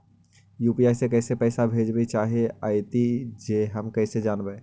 UPI से कैसे पैसा भेजबय चाहें अइतय जे हम जानबय?